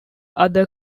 other